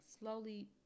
slowly